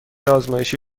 آزمایشی